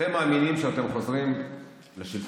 אתם מאמינים שאתם חוזרים לשלטון.